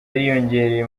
yariyongereye